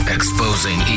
Exposing